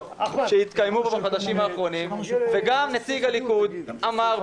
שהתקיימו בחודשים האחרונים וגם נציג הליכוד אמר,